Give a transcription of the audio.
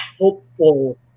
hopeful